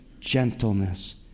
gentleness